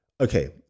okay